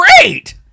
Great